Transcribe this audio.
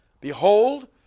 Behold